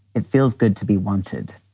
it feels good to be wanted,